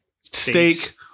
steak